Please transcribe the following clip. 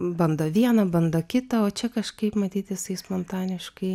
bando vieną bando kitą o čia kažkaip matyt jisai spontaniškai